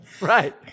Right